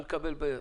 לעומת דמי אבטלה.